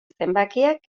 zenbakiak